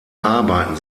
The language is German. arbeiten